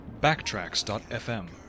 Backtracks.fm